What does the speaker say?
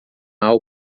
alma